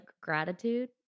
gratitude